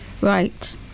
Right